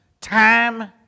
time